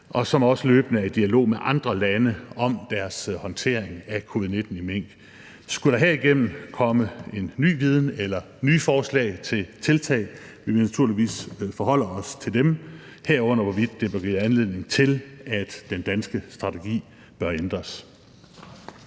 og som også løbende er i dialog med andre lande om deres håndtering af covid-19 i mink. Skulle der herigennem komme en ny viden eller nye forslag til tiltag, vil vi naturligvis forholde os til dem, herunder hvorvidt det bør give anledning til, at den danske strategi bør ændres.